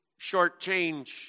shortchange